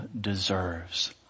deserves